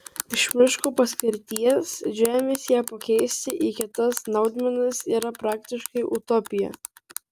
iš miško paskirties žemės ją pakeisti į kitas naudmenas yra praktiškai utopija